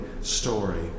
story